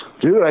Dude